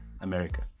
America